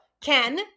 Ken